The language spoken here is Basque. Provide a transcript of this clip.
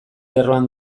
lerroan